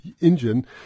engine